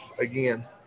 again –